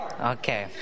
okay